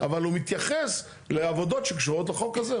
אבל הוא מתייחס לעבודות שקשורות לחוק הזה.